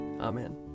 Amen